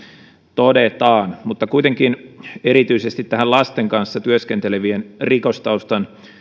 todetaan kuitenkin erityisesti lasten kanssa työskentelevien rikostaustan